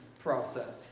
Process